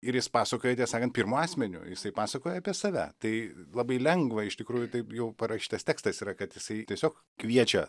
ir jis pasakoja tie sakant pirmu asmeniu jisai pasakoja apie save tai labai lengva iš tikrųjų taip jau parašytas tekstas yra kad jisai tiesiog kviečia